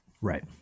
Right